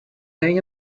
day